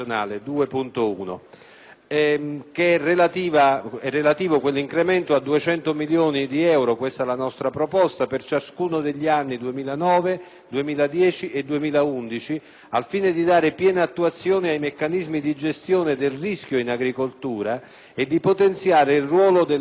di solidarietà nazionale per 200 milioni di euro - questa è la nostra proposta - per ciascuno degli anni 2009, 2010 e 2011, al fine di dare piena attuazione ai meccanismi di gestione del rischio in agricoltura e di potenziare il ruolo delle polizze assicurative.